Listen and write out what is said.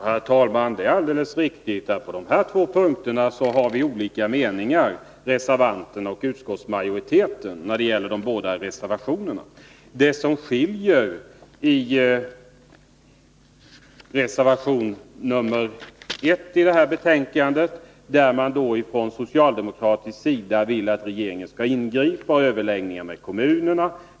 Herr talman! Det är alldeles riktigt att utskottsmajoriteten och reservanterna har olika meningar på de två punkter som tas upp i reservationerna. Enligt reservation nr 1 vill socialdemokraterna att regeringen skall ingripa och överlägga med kommunerna.